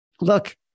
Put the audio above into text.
look